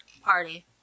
Party